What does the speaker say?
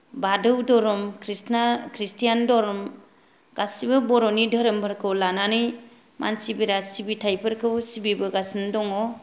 बाथौ धरम कृष्णा ख्रिस्तियान धरम गासिबो बरनि धोरोमफोरखौ लानानै मानसिफोरा सिबिथायफोरखौ सिबिबोगासिनो दङ